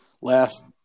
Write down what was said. last